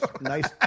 Nice